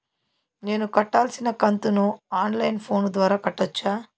నేను కట్టాల్సిన కంతును ఆన్ లైను ఫోను ద్వారా కట్టొచ్చా?